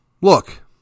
Look